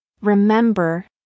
Remember